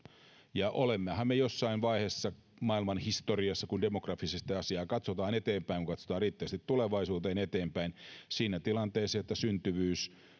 olemmehan me jossain vaiheessa maailman historiassa kun demografisesti asiaa katsotaan eteenpäin kun katsotaan riittävästi tulevaisuuteen eteenpäin siinä tilanteessa että syntyvyys